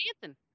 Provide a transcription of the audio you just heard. dancing